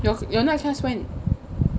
your your night class when